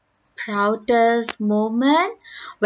proudest moment